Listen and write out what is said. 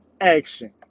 action